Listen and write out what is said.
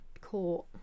court